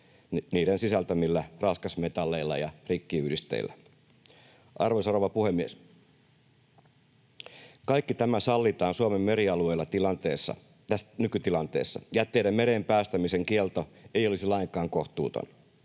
niiden sisältämillä raskasmetalleilla ja rikkiyhdisteillä. Arvoisa rouva puhemies! Kaikki tämä sallitaan Suomen merialueilla nykytilanteessa. Jätteiden mereen päästämisen kielto ei olisi lainkaan kohtuuton.